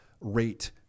rate